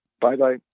Bye-bye